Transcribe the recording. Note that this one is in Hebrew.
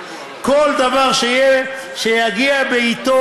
כל דבר שיגיע בעיתו,